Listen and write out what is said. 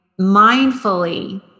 mindfully